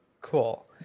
Cool